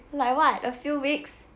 like what a few weeks